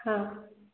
ହଁ